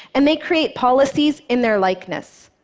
and they create policies in their likeness,